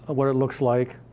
what it looks like.